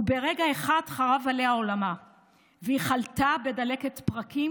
וברגע אחד חרב עליה עולמה והיא חלתה בדלקת פרקים,